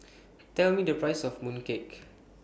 Tell Me The Price of Mooncake